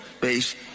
Base